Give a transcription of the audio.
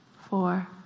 four